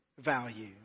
value